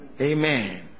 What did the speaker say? Amen